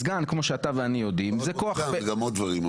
סגן כמו שאתה ואני יודעים זה כוח -- גם עוד דברים,